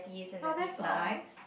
[wah] that's nice